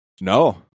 No